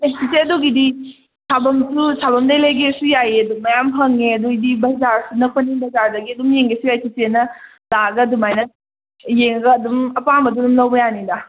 ꯑꯦ ꯆꯤꯆꯦ ꯑꯗꯨꯒꯤꯗꯤ ꯁꯥꯐꯝꯁꯨ ꯁꯥꯐꯝꯗꯩ ꯂꯩꯒꯦꯁꯨ ꯌꯥꯏꯌꯦ ꯑꯗꯨꯝ ꯃꯌꯥꯝ ꯐꯪꯉꯦ ꯑꯗꯨꯏꯗꯤ ꯕꯖꯥꯔ ꯅꯛꯄꯅꯤꯅ ꯕꯖꯥꯔꯗꯒꯤ ꯑꯗꯨꯝ ꯌꯦꯡꯒꯦꯁꯨ ꯌꯥꯏ ꯆꯦꯆꯦꯅ ꯂꯥꯛꯑꯒ ꯑꯗꯨꯃꯥꯏꯅ ꯌꯦꯡꯉꯒ ꯑꯗꯨꯝ ꯑꯄꯥꯝꯕꯗꯨ ꯑꯗꯨꯝ ꯂꯧꯕ ꯌꯥꯅꯤꯗ